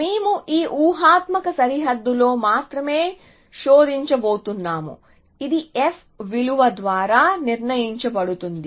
మేము ఈ ఊహాత్మక సరిహద్దులో మాత్రమే శోధించబోతున్నాము ఇది f విలువ ద్వారా నిర్ణయించబడుతుంది